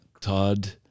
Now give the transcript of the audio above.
Todd